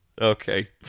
okay